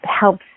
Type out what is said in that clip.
helps